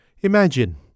Imagine